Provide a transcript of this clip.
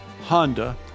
Honda